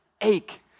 ache